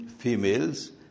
females